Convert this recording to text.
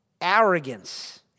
Arrogance